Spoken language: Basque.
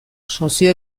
sozio